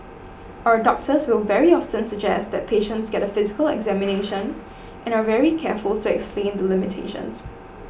our doctors will very often suggest that patients get a physical examination and are very careful to explain the limitations